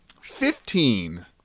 fifteen